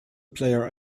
player